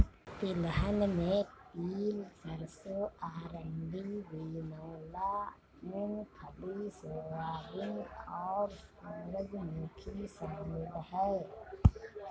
तिलहन में तिल सरसों अरंडी बिनौला मूँगफली सोयाबीन और सूरजमुखी शामिल है